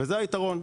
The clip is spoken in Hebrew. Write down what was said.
וזה היתרון.